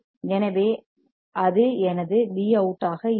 எனவே அது எனது Vout ஆக இருக்கும்